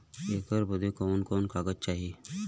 ऐकर बदे कवन कवन कागज चाही?